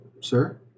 Sir